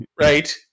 right